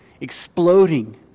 exploding